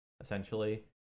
essentially